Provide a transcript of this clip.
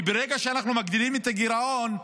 כי ברגע שאנחנו מגדילים את הגירעון,